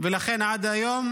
ולכן עד היום